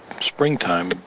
springtime